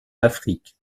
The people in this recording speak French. afrique